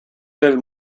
del